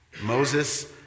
Moses